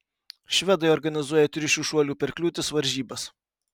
švedai organizuoja triušių šuolių per kliūtis varžybas